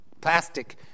plastic